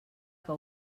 que